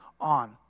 on